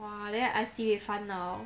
!wah! then I sibeh 烦恼